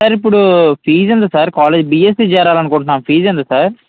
sir ఇప్పుడు fees ఎంత sir college BSc చేరాలనుకుంటున్నా ఫిజ్ ఎంత సార్